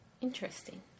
Interesting